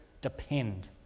depend